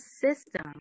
system